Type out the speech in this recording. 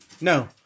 No